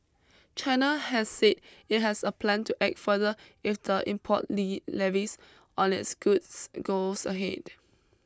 China has said it has a plan to act further if the import Lee levies on its goods goes ahead